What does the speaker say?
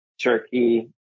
Turkey